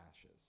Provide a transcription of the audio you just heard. ashes